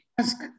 Ask